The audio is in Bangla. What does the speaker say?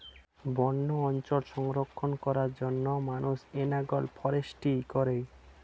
বন্য অঞ্চল সংরক্ষণ করার জন্য মানুষ এনালগ ফরেস্ট্রি করে